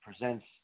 presents